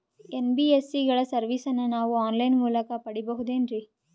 NBSC ಗಳ ಸರ್ವಿಸನ್ನ ನಾವು ಆನ್ ಲೈನ್ ಮೂಲಕ ಪಡೆಯಬಹುದೇನ್ರಿ?